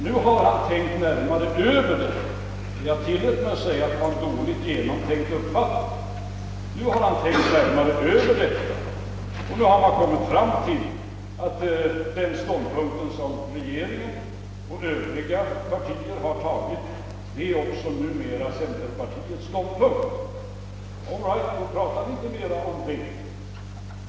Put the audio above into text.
Nu har han tänkt närmare över saken — jag tillät mig påpeka att hans första uppfattning var dåligt genomtänkt — och har kommit fram till att den ståndpunkt som regeringen och övriga partier har intagit numera också är centerpartiets. All right, då talar vi inte mera om det.